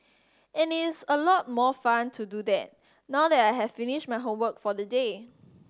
and it is a lot more fun to do that now that I have finished my homework for the day